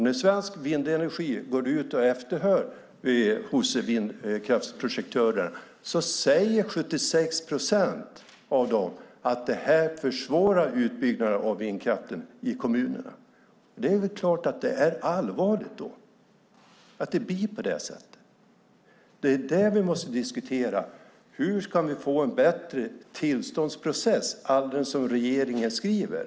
När Svensk Vindenergi går ut och efterhör hos vindkraftsprojektörer säger 76 procent av dem att detta försvårar utbyggnad av vindkraften i kommunerna. Det är klart att det är allvarligt att det blir på detta sätt. Det är det vi måste diskutera: Hur kan vi, alldeles som regeringen skriver, få en bättre tillståndsprocess?